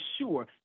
sure